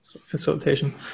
facilitation